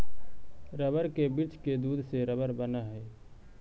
rubber के वृक्ष के दूध से रबर बनऽ हई